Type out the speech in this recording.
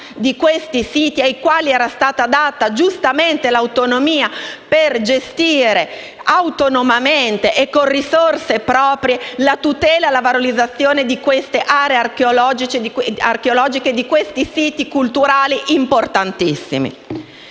di questi siti, ai quali giustamente era stata riconosciuta per gestire autonomamente e con risorse proprie la tutela e la valorizzazione di queste aree archeologiche e di questi siti culturali importantissimi.